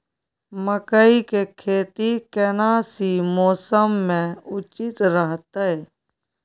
मकई के खेती केना सी मौसम मे उचित रहतय?